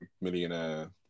millionaire